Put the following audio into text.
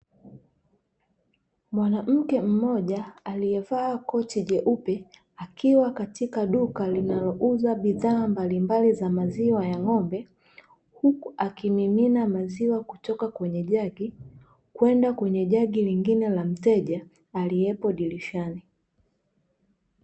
Mwanamke mmoja aliyevaa koti jeupe, akiwa katika duka linalouza bidhaa mbalimbali za maziwa ya ng'ombe, huku akimimina maziwa kutoka kwenye jagi kwenda kwenye jagi lingine la mteja aliyepo dirishani.